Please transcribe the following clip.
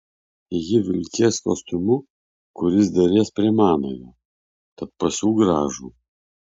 ji vilkės kostiumu kuris derės prie manojo tad pasiūk gražų